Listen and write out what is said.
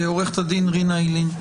עו"ד רינה איילין.